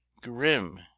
grim